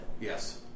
yes